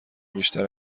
بیشتر